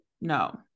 no